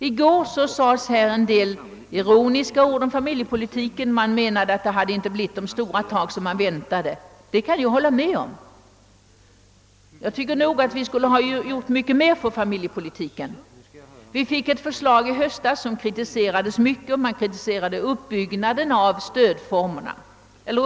I går fälldes en del ironiska ord om familjepolitiken. Man menade, att det inte hade blivit vad man hade väntat. Det kan jag hålla med om. Jag tycker nog att vi borde ha gjort mycket mer för familjepolitiken. I höstas framlades ett förslag, som blev utsatt för stark kritik. Man kritiserade uppbyggnaden av familjestödet.